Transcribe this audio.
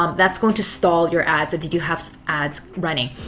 um that's going to stall your ads if you do have so ads running.